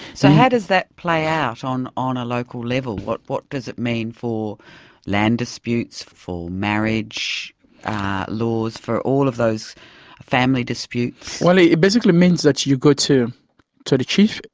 so, how does that play out on on a local level? what what does it mean for land disputes, for marriage laws, for all of those family disputes? well, it it basically means that you go to so the chief,